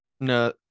No